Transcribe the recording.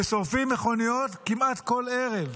ושורפים מכוניות כמעט כל ערב.